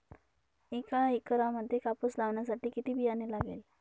एका एकरामध्ये कापूस लावण्यासाठी किती बियाणे लागेल?